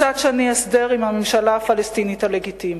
מצד שני הסדר עם הממשלה הפלסטינית הלגיטימית.